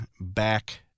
back